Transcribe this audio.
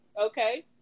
Okay